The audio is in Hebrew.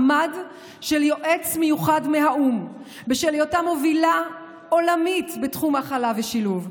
של יועץ מיוחד מהאו"ם בשל היותה מובילה עולמית בתחום ההכלה והשילוב,